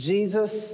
Jesus